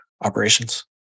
operations